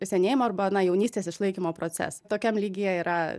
senėjimo arba na jaunystės išlaikymo proces tokiam lygyje yra